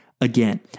again